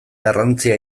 garrantzia